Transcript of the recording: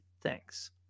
thanks